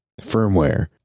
firmware